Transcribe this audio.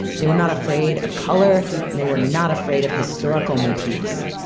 they were not afraid of color. and they were not afraid of historical motifs.